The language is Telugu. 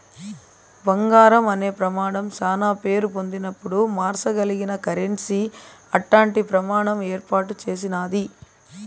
బంగారం అనే ప్రమానం శానా పేరు పొందినపుడు మార్సగలిగిన కరెన్సీ అట్టాంటి ప్రమాణం ఏర్పాటు చేసినాది